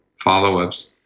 follow-ups